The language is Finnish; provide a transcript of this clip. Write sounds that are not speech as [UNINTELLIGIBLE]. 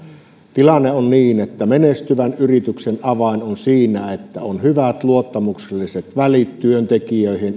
tilanne on niin että menestyvän yrityksen avain on siinä että yritysjohdolla on hyvät luottamukselliset välit työntekijöihin [UNINTELLIGIBLE]